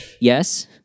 yes